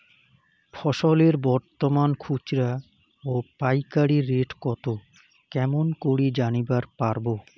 ফসলের বর্তমান খুচরা ও পাইকারি রেট কতো কেমন করি জানিবার পারবো?